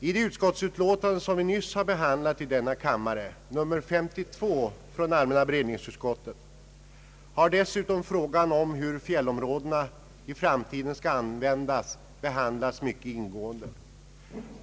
I det utskottsutlåtande som vi nyss behandlat i denna kammare, nr 52 från allmänna beredningsutskottet, har dessutom frågan om hur fjällområdena i framtiden skall användas behandlats mycket ingående.